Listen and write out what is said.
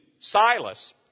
Silas